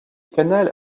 canal